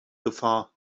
gefahr